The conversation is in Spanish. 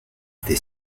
the